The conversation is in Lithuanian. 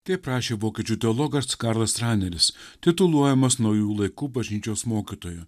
kaip rašė vokiečių teologas karlas raneris tituluojamas naujųjų laikų bažnyčios mokytoju